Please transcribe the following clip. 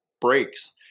breaks